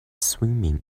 swimming